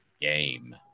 game